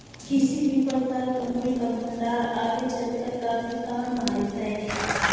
किसी भी प्रकार का मूल्य का भंडार आगे चलकर काफी काम आईतई